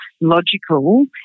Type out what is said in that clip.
logical